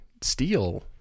steel